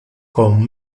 con